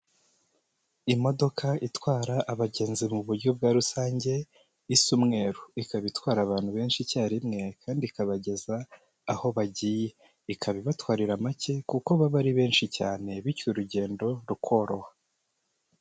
Imodoka itwara abagenzi mu buryo bwa rusange, isa umweru, ikaba itwara abantu benshi icya rimwe kandi ikabageza aho bagiye, ikaba ibatwarira make kuko baba ari benshi cyane, bityo urugendo rukoroha.